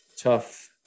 tough